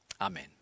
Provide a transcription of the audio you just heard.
amen